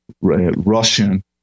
Russian